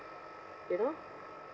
you know